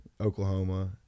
Oklahoma